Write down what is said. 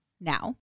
Now